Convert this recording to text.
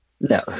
No